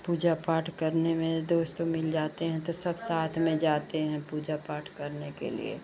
पूजा पाठ करने में दोस्त मिल जाते हैं तो सब साथ में जाते हैं पूजा पाठ करने के लिए